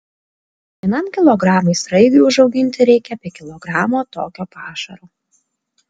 vienam kilogramui sraigių užauginti reikia apie kilogramo tokio pašaro